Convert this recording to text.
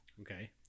Okay